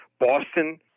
boston